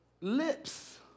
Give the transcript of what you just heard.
lips